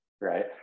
right